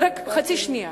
חצי שנייה.